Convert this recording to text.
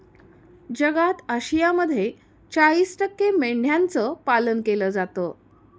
जगात आशियामध्ये चाळीस टक्के मेंढ्यांचं पालन केलं जातं